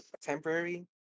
temporary